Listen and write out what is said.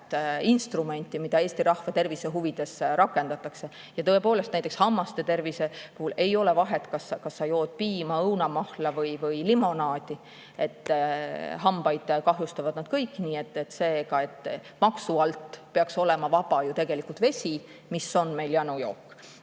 instrumenti, mida Eesti rahva tervise huvides rakendada. Tõepoolest, näiteks hammaste tervise puhul ei ole vahet, kas sa jood piima, õunamahla või limonaadi – hambaid kahjustavad need kõik. Seega, maksu alt peaks olema vaba ju tegelikult vaid vesi, mis on janujook.